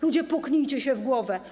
Ludzie, puknijcie się w głowę.